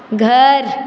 घर